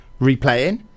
replaying